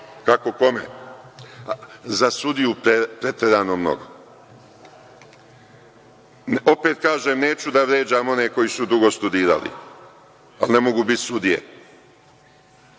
to malo, za sudiju preterano mnogo. Opet kažem, neću da vređam one koji su dugo studirali, ali ne mogu biti sudije.